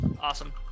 Awesome